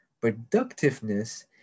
Productiveness